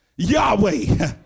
Yahweh